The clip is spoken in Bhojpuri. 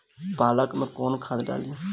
पालक में कौन खाद डाली?